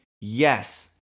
Yes